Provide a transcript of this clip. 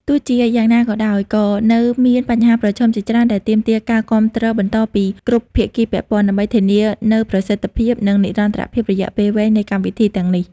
ទោះបីជាយ៉ាងណាក៏ដោយ ក៏នៅមានបញ្ហាប្រឈមជាច្រើនដែលទាមទារការគាំទ្របន្តពីគ្រប់ភាគីពាក់ព័ន្ធ ដើម្បីធានានូវប្រសិទ្ធភាព និងនិរន្តរភាពរយៈពេលវែងនៃកម្មវិធីទាំងនេះ។